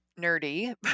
nerdy